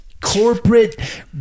Corporate